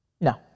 No